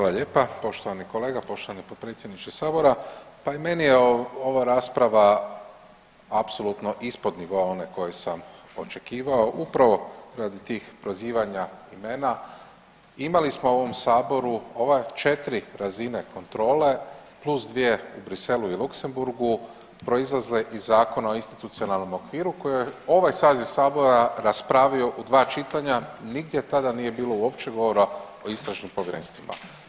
Hvala lijepa, poštovani kolega, poštovani potpredsjedniče Sabora, pa i meni je ova rasprava apsolutno ispod nivoa kojeg sam očekivao upravo radi tih prozivanja imena, imali smo u ovom Saboru ova, 4 razine kontrole, plus 2 u Bruxellesu i Luksemburgu, proizlazle iz Zakona o institucionalnom okviru koji je ovaj saziv Sabora raspravio u dva čitanja, nigdje tada nije bilo uopće govora o istražnim povjerenstvima.